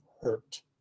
hurt